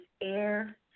Air